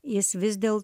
jis vis dėl